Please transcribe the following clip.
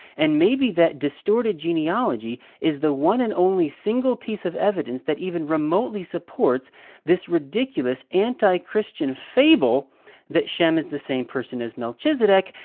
and maybe that distorted genealogy is the one and only single piece of evidence that even remotely supports this ridiculous, anti-christian fable that shem is the same person as melchizedek,